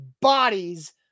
bodies